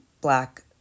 Black